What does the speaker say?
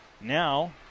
Now